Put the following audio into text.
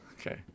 Okay